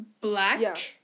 black